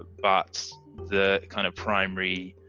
but the kind of primary.